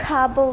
खाबो॒